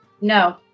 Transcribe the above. No